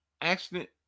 accident